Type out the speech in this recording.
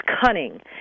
cunning